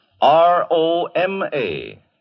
R-O-M-A